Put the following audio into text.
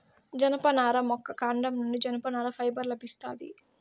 జనపనార మొక్క కాండం నుండి జనపనార ఫైబర్ లభిస్తాది